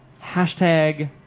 hashtag